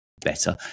better